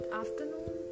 afternoon